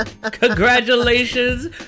congratulations